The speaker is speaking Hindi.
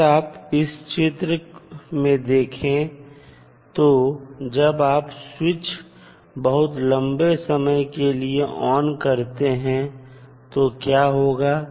अगर आप इस चित्र में देखें तो जब आप स्विच बहुत लंबे समय के लिए ON करते हैं तो क्या होगा